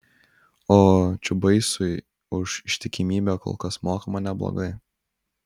o čiubaisui už ištikimybę kol kas mokama neblogai